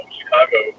Chicago